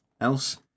else